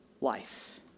life